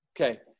Okay